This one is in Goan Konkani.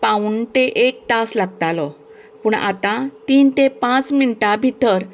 पावूण तें एक तास लागतालो पूण आतां तीन तें पांच मिणटां भितर